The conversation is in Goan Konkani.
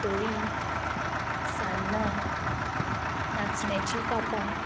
पातोळी सान्नां नाचण्याचीं कापां